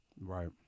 Right